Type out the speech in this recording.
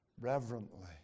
reverently